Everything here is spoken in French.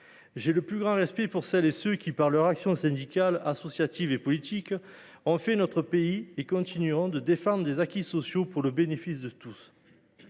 J’ai le plus grand respect pour celles et pour ceux qui, par leur action syndicale, associative et politique, ont fait notre pays et continueront de défendre des acquis sociaux pour le bénéfice de tous. À